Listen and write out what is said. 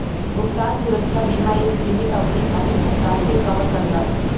भुगतान सुरक्षा बीमा एक सीमित अवधि खातिर भुगतान के कवर करला